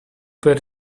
per